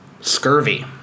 scurvy